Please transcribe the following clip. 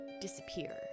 disappear